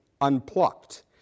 unplucked